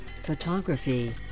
photography